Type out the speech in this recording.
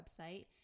website